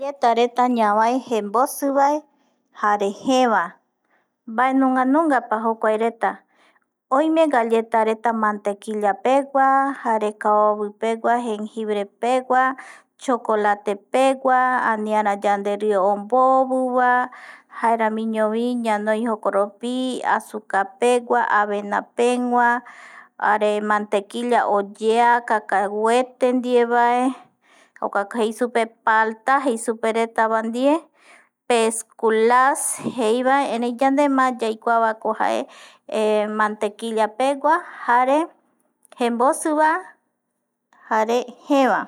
Galletareta ñavae jembosivae jare jeeva mbae nunga nungapa jouareta oime galletareta mantequillapegua jare kaovi pegua, jenjibre pegua, chokolatepegua, aniara yanderie ombovuva jaeramiñovi ñanoi jokoropi azucapegua, avena pegua, jare mantequilla oyea kakahuete ndievae, jokuako jei supe palta jei superetavae ndie besculas jei erei yande má yaikuava jaeko mantequillapegua jare jembosiva jare jeeva.